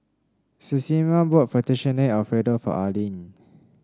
Ximena bought Fettuccine Alfredo for Arlyne